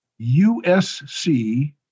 USC